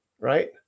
right